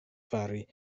fari